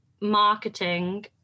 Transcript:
marketing